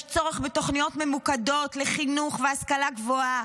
יש צורך בתוכניות ממוקדות לחינוך והשכלה גבוהה,